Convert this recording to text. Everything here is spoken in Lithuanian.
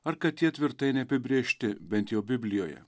ar kad jie tvirtai neapibrėžti bent jau biblijoje